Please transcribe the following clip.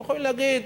אתם יכולים להגיד: